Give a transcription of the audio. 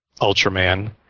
Ultraman